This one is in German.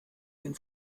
den